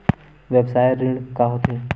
व्यवसाय ऋण का होथे?